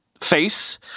Face